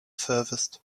furthest